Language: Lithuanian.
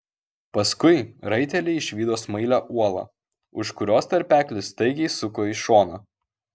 paskui raiteliai išvydo smailią uolą už kurios tarpeklis staigiai suko į šoną